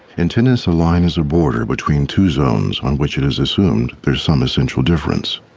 in tennis, a line is a border between two zones on which it is assumed. there's some essential difference